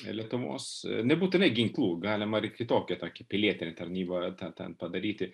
lietuvos nebūtinai ginklu galima ir kitokį tokį pilietinę tarnybą ten ten padaryti